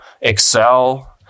excel